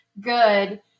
good